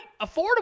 affordable